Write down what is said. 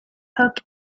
hook